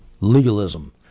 legalism